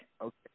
Okay